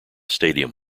stadium